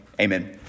Amen